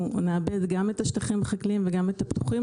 נאבד גם את השטחים החקלאיים וגם את השטחים הפתוחים.